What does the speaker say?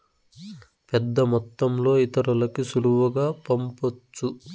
పెద్దమొత్తంలో ఇతరులకి సులువుగా పంపొచ్చు